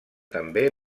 també